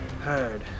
heard